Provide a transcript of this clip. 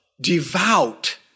devout